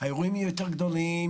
האירועים יהיו יותר גדולים,